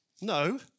No